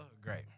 great